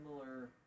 similar